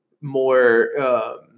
more –